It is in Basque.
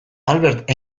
albert